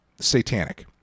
satanic